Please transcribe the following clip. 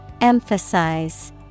Emphasize